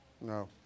No